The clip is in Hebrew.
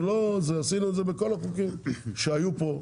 עשינו את זה בכל החוקים שהיו פה.